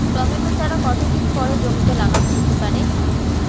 Tomato চারা কতো দিন পরে জমিতে লাগানো যেতে পারে?